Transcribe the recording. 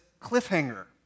cliffhanger